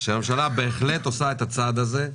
שהממשלה בהחלט עושה את הצעד הזה,